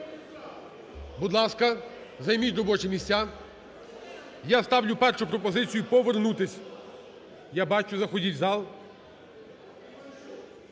Будь ласка, займіть робочі місця. Я ставлю першу пропозицію повернутись. Я бачу заходять в зал.